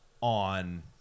on